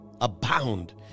abound